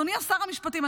אדוני שר המשפטים,